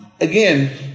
again